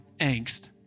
angst